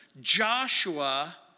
Joshua